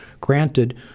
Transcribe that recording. granted